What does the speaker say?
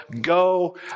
go